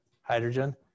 hydrogen